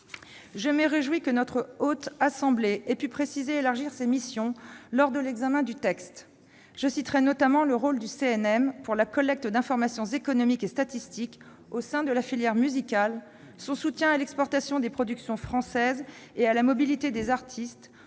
Je me réjouis que la Haute Assemblée ait pu préciser et élargir ses missions lors de l'examen de la proposition de loi. Je citerai notamment le rôle du CNM dans la collecte d'informations économiques et statistiques au sein de la filière musicale, le soutien qu'il apportera à l'exportation des productions françaises et à la mobilité des artistes